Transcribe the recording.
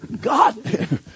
God